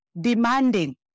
demanding